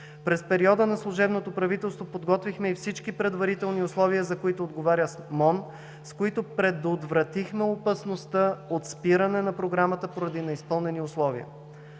През периода на служебното правителство подготвихме и всички предварителни условия, за които отговаря МОН, с които предотвратихме опасността от спиране на Програмата поради неизпълнени условия.